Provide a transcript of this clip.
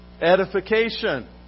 edification